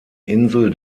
insel